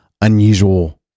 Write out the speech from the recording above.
unusual